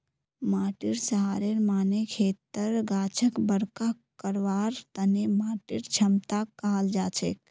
माटीर सहारेर माने खेतर गाछक बरका करवार तने माटीर क्षमताक कहाल जाछेक